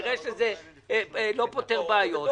נראה שזה לא פותר בעיות,